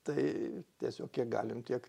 tai tiesiog kiek galim tiek